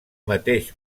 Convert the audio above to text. mateix